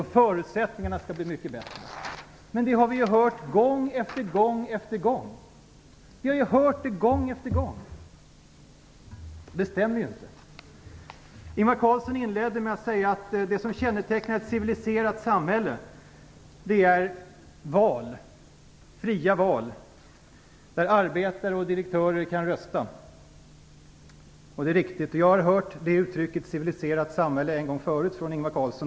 Förutsättningarna skall bli mycket bättre. Men det har vi hört gång efter gång efter gång. Det stämmer inte. Ingvar Carlsson inledde med att säga att det som kännetecknar ett civiliserat samhälle är fria val, där arbetare och direktörer kan rösta. Det är riktigt. Jag har hört uttrycket civiliserat samhälle en gång förut från Ingvar Carlsson.